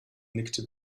nickte